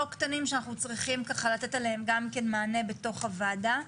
קטנים שאנחנו צריכים לתת עליהם גם כן מענה בתוך הוועדה.